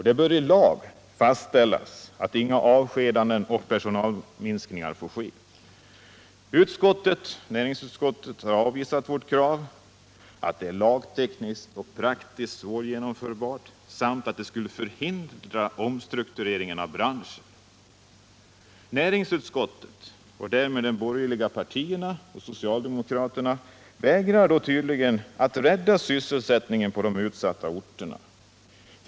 Det bör i lag fastställas att inga avskedanden och personalminskningar får ske. Näringsutskottet har avvisat vårt krav med att det är lagtekniskt och praktiskt svårgenomförbart samt att det skulle förhindra en omstrukturering av branschen. Näringsutskottet — och därmed de borgerliga partierna och socialdemokraterna — vägrar då tydligen att rädda sysselsättningen på utsatta orter.